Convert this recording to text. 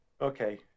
okay